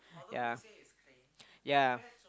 yeah yeah